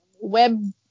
web